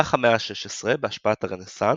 במהלך המאה ה-16, בהשפעת הרנסאנס,